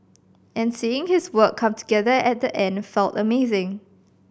and seeing his work come together at the end felt amazing